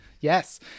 Yes